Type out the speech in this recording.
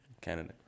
Canada